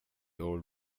old